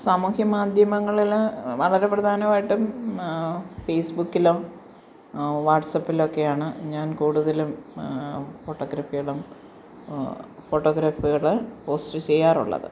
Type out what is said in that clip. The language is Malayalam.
സാമൂഹ്യ മാധ്യമങ്ങളിൽ വളരെ പ്രധാനമായിട്ടും ഫേസ് ബുക്കിലോ വാട്സ്പ്പിലൊക്കെയാണ് ഞാൻ കൂടുതലും ഫോട്ടോഗ്രാഫികളും ഫോട്ടോഗാഫികള് പോസ്റ്റ് ചെയ്യാറുള്ളത്